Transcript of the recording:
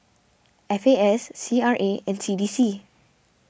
F A S C R A and C D C